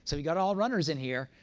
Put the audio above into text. so we've got all runners in here,